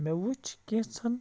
مےٚ وُچھ کینٛژَن